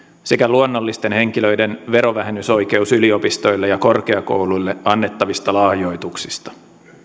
sekä luonnollisten henkilöiden verovähennysoikeus yliopistoille ja korkeakouluille annettavista lahjoituksista